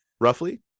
roughly